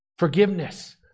forgiveness